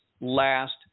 last